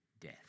death